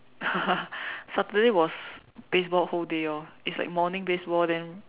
Saturday was baseball whole day orh it's like morning baseball then